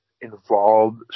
involved